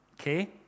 okay